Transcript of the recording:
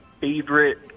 favorite